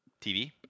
TV